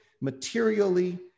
materially